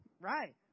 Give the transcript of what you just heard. Right